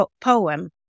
poem